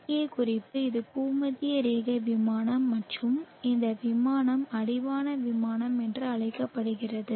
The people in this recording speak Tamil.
முக்கிய குறிப்பு இது பூமத்திய ரேகை விமானம் என்றும் இந்த விமானம் அடிவான விமானம் என்றும் அழைக்கப்படுகிறது